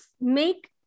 make